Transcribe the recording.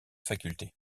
faculté